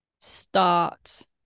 start